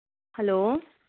hello